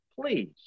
Please